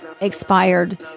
expired